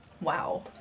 Wow